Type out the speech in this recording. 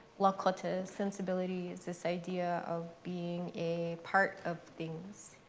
lakota sensibility is this idea of being a part of things,